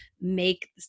make